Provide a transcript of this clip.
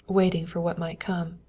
waiting for what might come.